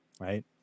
right